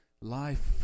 life